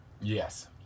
yes